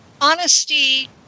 honesty